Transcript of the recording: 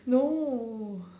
no